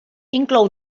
inclou